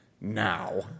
now